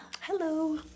Hello